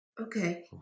Okay